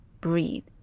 breathe